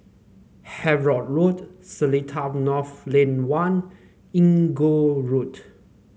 Havelock Road Seletar North Lane One Inggu Road